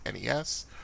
NES